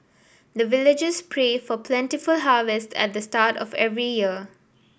the villagers pray for plentiful harvest at the start of every year